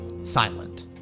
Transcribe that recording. silent